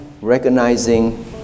recognizing